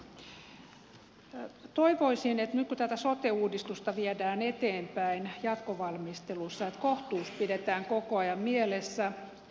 toivoisin että nyt kun tätä sote uudistusta viedään eteenpäin jatkovalmistelussa kohtuus pidetään koko ajan mielessä